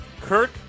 Kirk